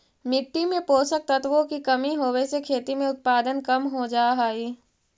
मिट्टी में पोषक तत्वों की कमी होवे से खेती में उत्पादन कम हो जा हई